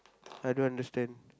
I don't understand